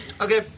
Okay